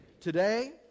Today